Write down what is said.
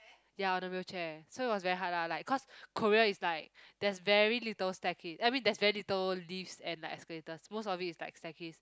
ya on the wheelchair so it was very hard lah like cause Korea is like there's very little staircase I mean there's very little lifts and like escalators most of it is like staircase